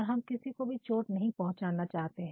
और हम किसी को भी चोट नहीं पहुंचाना चाहते